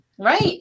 Right